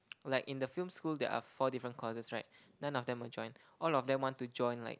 like in the film school there are four different courses right none of them will join all of them want to join like